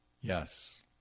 Yes